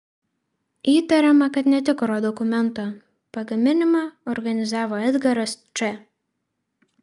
įtariama kad netikro dokumento pagaminimą organizavo edgaras č